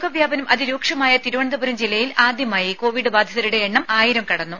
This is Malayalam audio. രോഗവ്യാപനം അതിരൂക്ഷമായ തിരുവനന്തപുരം ജില്ലയിൽ ആദ്യമായി കോവിഡ്ബാധിതരുടെ എണ്ണം ആയിരം കടന്നു